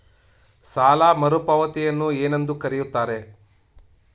ಸಾಲ ಮರುಪಾವತಿಯನ್ನು ಏನೆಂದು ಕರೆಯುತ್ತಾರೆ?